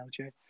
LJ